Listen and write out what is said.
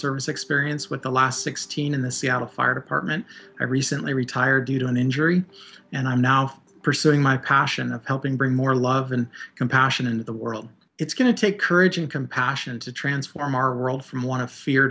service experience with the last sixteen in the seattle fire department and recently retired you don't injury and i'm now pursuing my passion of helping bring more love and compassion in the world it's going to take courage and compassion to transform our world from one of fear